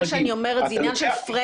מה שאני אומרת זה עניין של פריימינג.